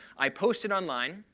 i post it online.